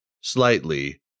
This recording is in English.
slightly